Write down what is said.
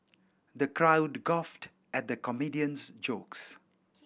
the crowd guffawed at the comedian's jokes